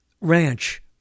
ranch